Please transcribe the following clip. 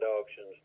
auctions